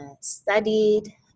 studied